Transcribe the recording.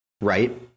right